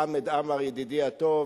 חמד עמאר ידידי הטוב,